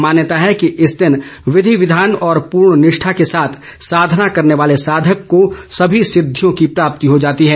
मान्यता है कि इस दिन विधि विधान और पूर्ण निष्ठा के साथ साधना करने वाले साधक को सभी सिद्दियों की प्राप्ति हो जाती है